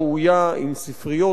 עם ספריות מתאימות,